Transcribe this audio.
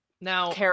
Now